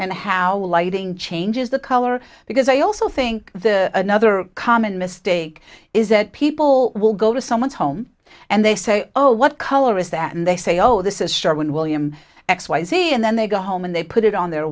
and how lighting changes the color because i also think the another common mistake is that people will go to someone's home and they say oh what color is that and they say oh this is sure when william x y z and then they go home and they put it on their